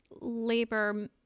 labor